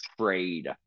trade